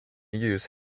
use